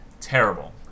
Terrible